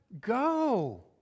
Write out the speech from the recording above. go